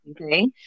okay